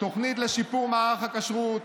לשיפור מערך הכשרות,